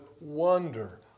wonder